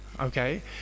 okay